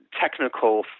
Technical